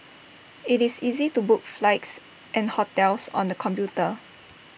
IT is easy to book flights and hotels on the computer